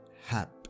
Hap